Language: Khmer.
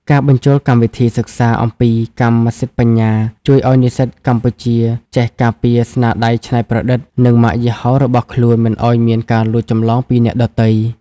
ការបញ្ចូលកម្មវិធីសិក្សាអំពី "កម្មសិទ្ធិបញ្ញា" ជួយឱ្យនិស្សិតកម្ពុជាចេះការពារស្នាដៃច្នៃប្រឌិត និងម៉ាកយីហោរបស់ខ្លួនមិនឱ្យមានការលួចចម្លងពីអ្នកដទៃ។